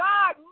God